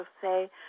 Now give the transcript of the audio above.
say